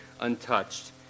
untouched